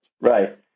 Right